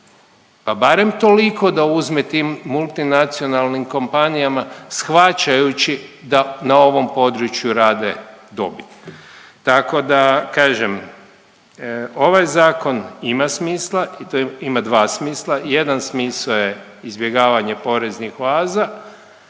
barem toliko da uzme tim multinacionalnim kompanijama shvaćajući da na ovom području rade dobit. Tako da, kažem, ovaj Zakon ima smisla i to ima dva smisla. Jedan smisao je izbjegavanje poreznih oaza,